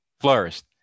flourished